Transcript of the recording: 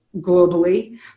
globally